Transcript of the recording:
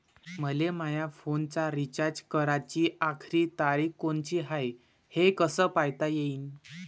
मले माया फोनचा रिचार्ज कराची आखरी तारीख कोनची हाय, हे कस पायता येईन?